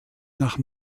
nach